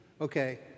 okay